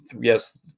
Yes